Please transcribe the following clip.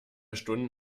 stunden